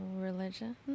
religion